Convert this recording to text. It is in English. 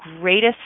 greatest